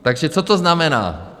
Takže co to znamená?